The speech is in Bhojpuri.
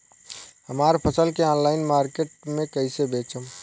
हमार फसल के ऑनलाइन मार्केट मे कैसे बेचम?